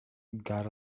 got